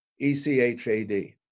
E-C-H-A-D